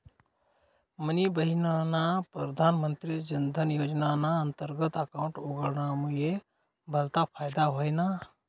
मनी बहिनना प्रधानमंत्री जनधन योजनाना अंतर्गत अकाउंट उघडामुये भलता फायदा व्हयना